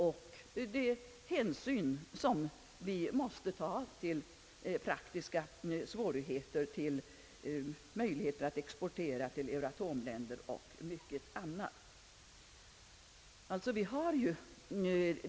Å andra sidan måste vi ta hänsyn till praktiska svårigheter och möjligheten att exportera till euratomländer och en del andra.